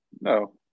No